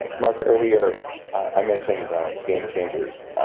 and mark, earlier i mentioned game changers,